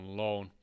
loan